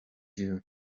due